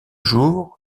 jours